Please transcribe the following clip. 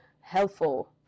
helpful